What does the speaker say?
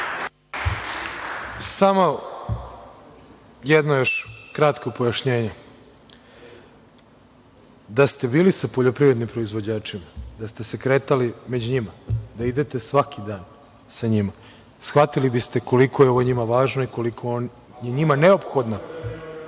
Samo još jedno kratko pojašnjenje. Da ste bili sa poljoprivrednim proizvođačima, da ste se kretali među njima, da idete svaki dan sa njima shvatili biste koliko je ovo njima važno i koliko je njima neophodno